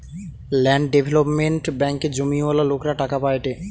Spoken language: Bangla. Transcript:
ল্যান্ড ডেভেলপমেন্ট ব্যাঙ্কে জমিওয়ালা লোকরা টাকা পায়েটে